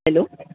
hello